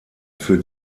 für